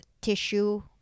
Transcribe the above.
tissue